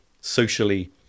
socially